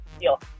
deal